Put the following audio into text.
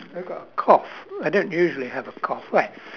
I've got a cough I don't usually have a cough right